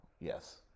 Yes